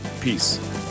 Peace